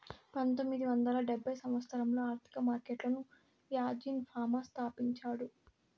పంతొమ్మిది వందల డెబ్భై సంవచ్చరంలో ఆర్థిక మార్కెట్లను యాజీన్ ఫామా స్థాపించాడు